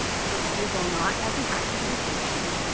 refusal not as an act of negation,